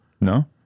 No